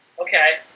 Okay